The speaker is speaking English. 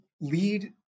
lead